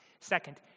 Second